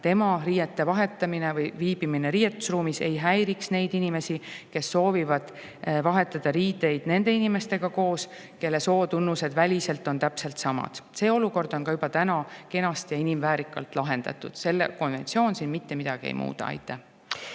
tema riiete vahetamine või viibimine riietusruumis ei häiriks neid inimesi, kes soovivad vahetada riideid nende inimestega koos, kelle sootunnused väliselt on täpselt samad. See olukord on juba täna kenasti ja inimväärikalt lahendatud. Konventsioon siin mitte midagi ei muuda. Aitäh!